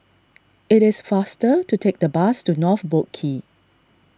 it is faster to take the bus to North Boat Quay